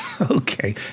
Okay